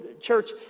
Church